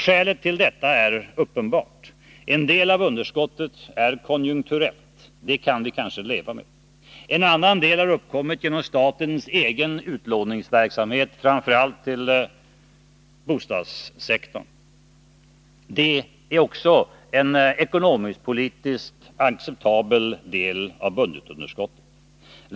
Skälet till detta är uppenbart. En del av underskottet är konjunkturellt, det kan vi kanske leva med. En annan del har uppkommit genom statens egen utlåningsverksamhet, framför allt till bostadssektorn. Det är också en ekonomisk-politiskt acceptabel del av budgetunderskottet.